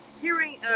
hearing